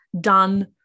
done